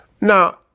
Now